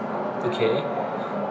okay